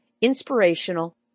inspirational